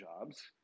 jobs